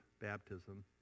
baptism